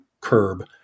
curb